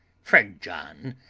friend john,